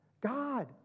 God